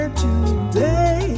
today